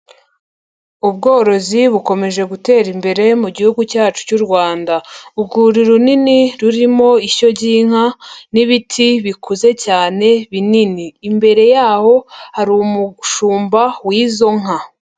Ubworozi bukomeje gutera imbere mu gihugu cyacu cy'u Rwanda. Urwuri runini rurimo ishyo ry'inka n'ibiti bikuze cyane binini. Imbere yaho hari umushumba w'izo nka.